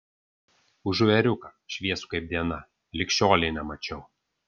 užu ėriuką šviesų kaip diena lig šiolei nemačiau